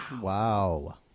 Wow